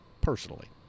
personally